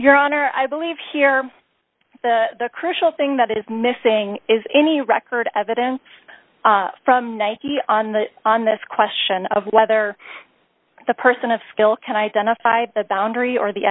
your honor i believe here the crucial thing that is missing is any record evidence from nike on the on this question of whether the person of skill can identify the boundary or the